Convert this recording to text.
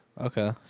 Okay